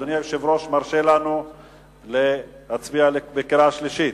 אדוני היושב-ראש מרשה לנו להצביע בקריאה שלישית?